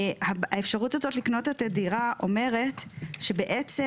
האפשרות הזאת לקנות את הדירה אומרת שבעצם